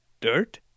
dirt